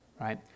right